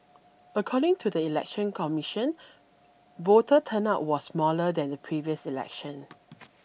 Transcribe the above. according to the Election Commission voter turnout was smaller than the previous election